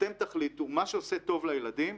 אתם תחליטו, מה שעושה טוב לילדים,